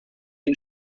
and